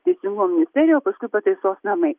teisingumo ministerija o paskui pataisos namai